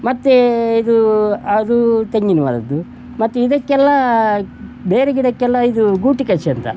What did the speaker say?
ಮತ್ತು ಇದು ಅದು ತೆಂಗಿನ ಮರದ್ದು ಮತ್ತು ಇದಕ್ಕೆಲ್ಲ ಬೇರೆ ಗಿಡಕ್ಕೆಲ್ಲ ಇದು ಗೂಟಿ ಕಸಿ ಅಂತ